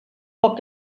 poc